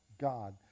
God